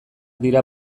dira